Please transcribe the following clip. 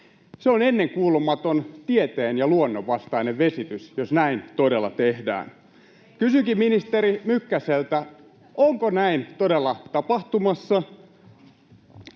Se on ennenkuulumaton tieteen ja luonnon vastainen vesitys, jos näin todella tehdään. [Jenna Simulan välihuuto] Kysynkin ministeri Mykkäseltä: Onko näin todella tapahtumassa?